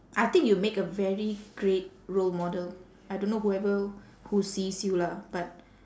I think you'll make a very great role model I don't know whoever who sees you lah but